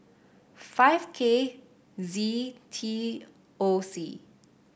zero K Z T O C